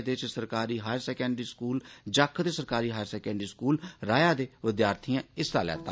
एदे इच सरकारी हायर सेकेंडरी स्कूल जख ते सरकारी हायर सेकेंडरी स्कूल राया दे विद्यार्थिएं हिस्सा लैता